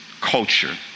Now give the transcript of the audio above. culture